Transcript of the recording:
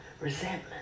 resentment